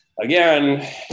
again